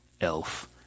elf